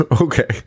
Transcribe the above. okay